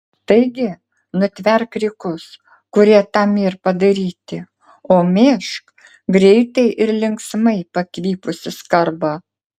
taigi nutverk rykus kurie tam yr padaryti o mėžk greitai ir linksmai pakvipusį skarbą